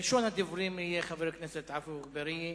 ראשון הדוברים יהיה חבר הכנסת עפו אגבאריה.